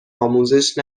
آموزش